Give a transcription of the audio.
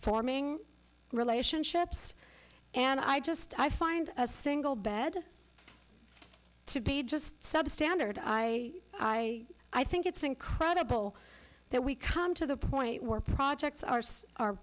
forming relationships and i just i find a single bad to be just sub standard i i i think it's incredible that we come to the point where projects are